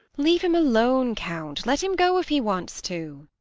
leave him alone, count. let him go if he wants to.